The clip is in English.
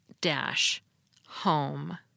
dash—home